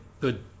good